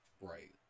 Right